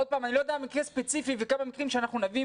אני לא יודע מקרה ספציפי וכמה מקרים שאנחנו נביא,